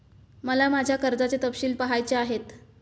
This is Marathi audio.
मला माझ्या कर्जाचे तपशील पहायचे आहेत